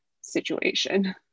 situation